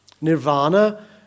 Nirvana